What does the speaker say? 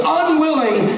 unwilling